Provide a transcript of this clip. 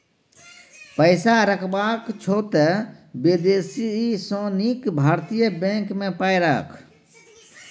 पैसा रखबाक छौ त विदेशी सँ नीक भारतीय बैंक मे पाय राख